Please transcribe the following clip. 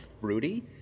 fruity